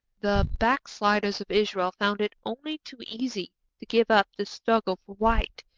the backsliders of israel found it only too easy to give up the struggle for right,